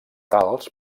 tals